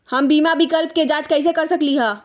हम बीमा विकल्प के जाँच कैसे कर सकली ह?